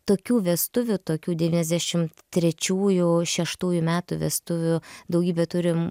tokių vestuvių tokių devyniasdešimt trečiųjų šeštųjų metų vestuvių daugybę turim